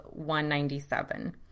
197